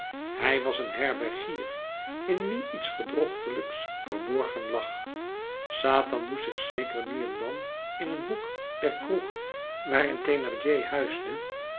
hij was een herbergier in wien iets gedrochtelijks verborgen lag satan moest zich zeker nu en dan in een hoek der kroeg waarin